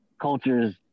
cultures